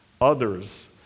others